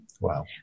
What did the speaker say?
Wow